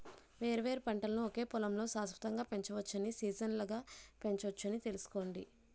వేర్వేరు పంటలను ఒకే పొలంలో శాశ్వతంగా పెంచవచ్చని, సీజనల్గా పెంచొచ్చని తెలుసుకోండి